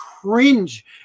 cringe